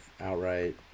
outright